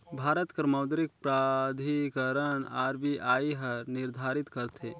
भारत कर मौद्रिक प्राधिकरन आर.बी.आई हर निरधारित करथे